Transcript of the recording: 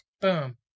Boom